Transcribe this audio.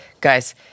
guys